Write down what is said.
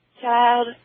child